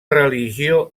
religió